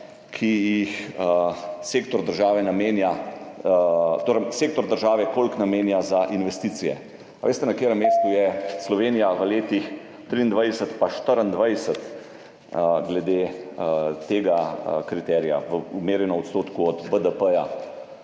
koliko sektor država namenja za investicije. Ali veste, na katerem mestu je Slovenija v letih 2023 pa 2024 glede tega kriterija v odmernem odstotku od BDP